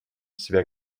себя